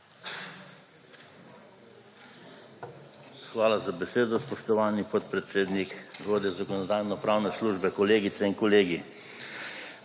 Hvala za besedo, spoštovani podpredsednik. Vodja Zakonodajno-pravne službe, kolegice in kolegi!